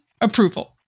approval